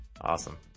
Awesome